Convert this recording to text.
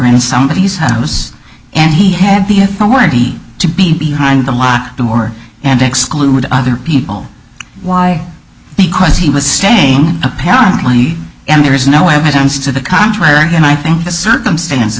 in somebodies house and he had the authority to be behind the locked door and exclude other people why because he was staying apparently and there is no evidence to the contrary then i think the circumstances